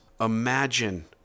imagine